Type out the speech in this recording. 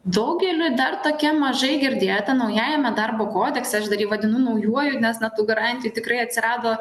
daugeliui dar tokia mažai girdėta naujajame darbo kodekse aš dar jį vadinu naujuoju nes na tų garantijų tikrai atsirado